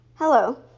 Hello